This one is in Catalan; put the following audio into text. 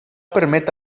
permet